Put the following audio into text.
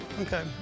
Okay